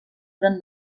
gran